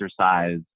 exercise